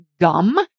gum